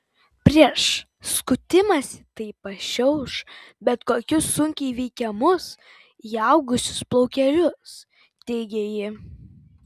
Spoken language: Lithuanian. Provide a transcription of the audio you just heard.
prieš skutimąsi tai pašiauš bet kokius sunkiai įveikiamus įaugusius plaukelius teigė ji